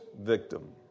victim